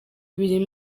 ibiri